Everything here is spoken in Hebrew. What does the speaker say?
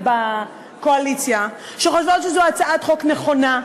בקואליציה שחושבים שזו הצעת חוק נכונה,